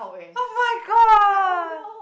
oh-my-god